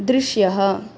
दृश्यः